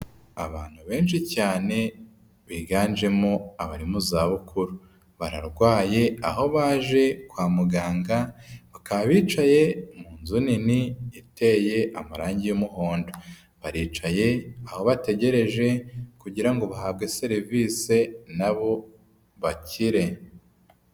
abantu benshi cyane biganjemo abari muzabukuru, bararwaye aho baje kwamuganga bakaba bicaye mu inzu nini iteye amarange y'umuhondo, baricaye aho bategereje kugira ngo bahabwe serivise nabo bakiere.